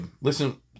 listen